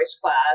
class